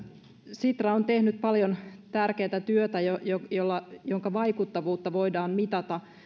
sitra on tehnyt paljon tärkeätä työtä jonka vaikuttavuutta voidaan mitata